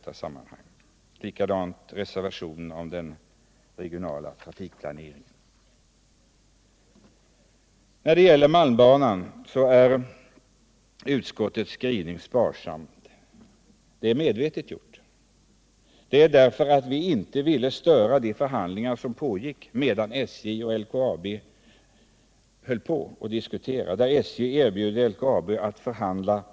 Det är samma sak med reservationen om den regionala trafikplaneringen. Vad malmbanan angår är utskottets skrivning knapphändig. Det är medvetet. Vi ville nämligen inte störa de förhandlingar som pågick, där SJ erbjöd LKAB att överta banan.